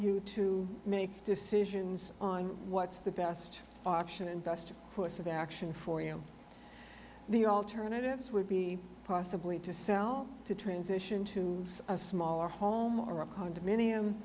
you to make decisions on what's the best option and best course of action for you the alternatives would be possibly to sell to transition to a smaller home or a condominium